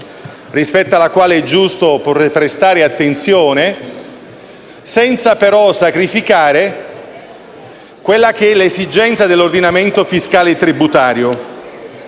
rispetto alla quale è giusto prestare attenzione, senza però sacrificare l'esigenza dell'ordinamento fiscale e tributario.